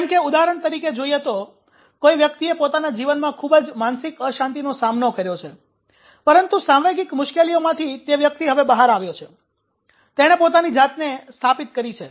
જેમ કે ઉદાહરણ તરીકે જોઈએ તો કોઈ વ્યક્તિએ પોતાના જીવનમાં ખૂબ જ માનસિક અશાંતિનો સામનો કર્યો છે પરંતુ સાંવેગિક મુશ્કેલીઓમાંથી તે વ્યક્તિ હવે બહાર આવ્યો છે તેણે પોતાની જાતને સ્થાપિત કરી છે